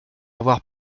avoir